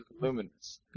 luminous